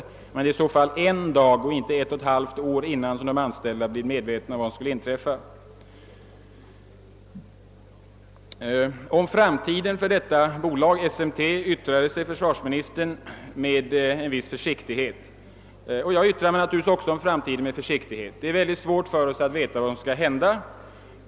Likväl rörde det sig i så fall om en dag i förväg och inte om ett och ett halvt år som de anställda underrättades om vad som skulle inträffa. Om framtiden för bolaget SMT yttrade sig försvarsministern med en viss försiktighet och även jag talar naturligtvis om framtiden med en viss försiktighet eftersom det är mycket svårt för oss att veta vad som skall hända.